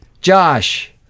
Josh